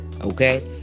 okay